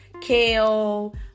kale